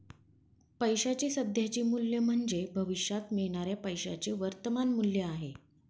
पैशाचे सध्याचे मूल्य म्हणजे भविष्यात मिळणाऱ्या पैशाचे वर्तमान मूल्य आहे